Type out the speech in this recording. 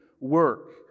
work